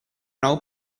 now